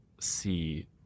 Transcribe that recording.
see